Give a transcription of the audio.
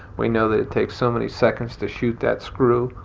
we know that it takes so many seconds to shoot that screw.